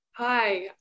Hi